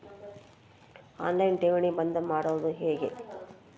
On line ಠೇವಣಿ ಬಂದ್ ಮಾಡೋದು ಹೆಂಗೆ?